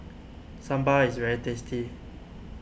Sambar is very tasty